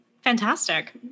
Fantastic